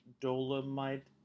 dolomite